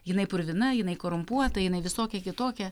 jinai purvina jinai korumpuota jinai visokia kitokia